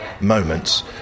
Moments